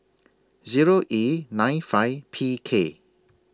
Zero E nine five P K